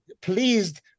pleased